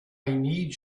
need